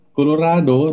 Colorado